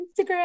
Instagram